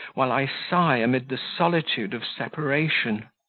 while i sigh amid the solitude of separation?